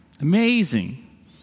Amazing